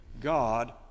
God